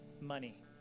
money